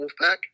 Wolfpack